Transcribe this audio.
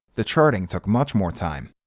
the charting took much more time.